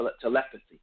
telepathy